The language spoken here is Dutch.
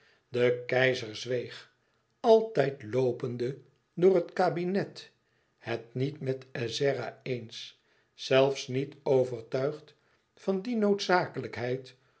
de keizer zweeg altijd loopende door het kabinet het niet met ezzera eens zelfs niet overtuigd van die noodzakelijkheid